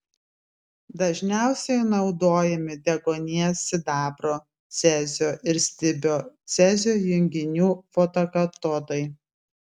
dažniausiai naudojami deguonies sidabro cezio ir stibio cezio junginių fotokatodai